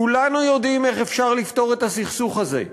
כולנו יודעים איך אפשר לפתור את הסכסוך הזה.